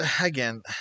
again